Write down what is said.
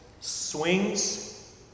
swings